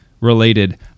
related